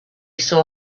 saw